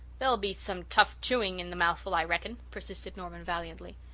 there'll be some tough chewing in the mouthful, i reckon, persisted norman valiantly.